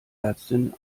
ärztin